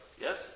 Yes